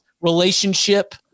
relationship